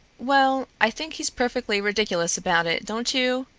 well, i think he's perfectly ridiculous about it, don't you?